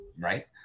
Right